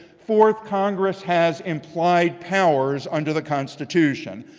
fourth, congress has implied powers under the constitution.